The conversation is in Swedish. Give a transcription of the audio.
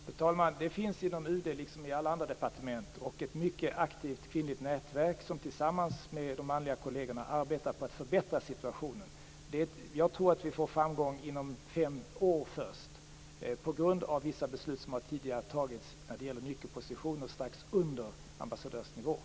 Fru talman! Det finns det inom UD liksom i alla andra departement. Det finns också ett mycket aktivt kvinnligt nätverk som tillsammans med de manliga kollegerna arbetar på att förbättra situationen. Jag tror att vi får framgång först inom fem år på grund av vissa beslut som tidigare har fattats när det gäller nyckelpositioner strax under ambassadörsnivån.